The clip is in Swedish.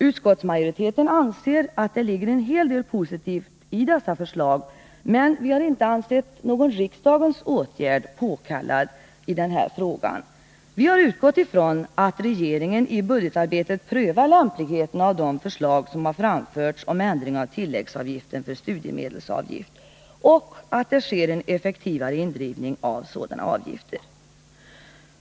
Utskottsmajoriteten anser att det ligger en hel del positivt i dessa förslag, men vi har inte ansett att någon riksdagens åtgärd är påkallad i frågan. Vi har utgått från att regeringen i budgetarbetet prövar lämpligheten av de förslag som har framförts om ändring av tilläggsavgiften för studiemedelsavgift och att det sker en effektivare indrivning av sådana avgifter.